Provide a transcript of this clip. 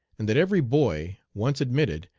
and that every boy, once admitted,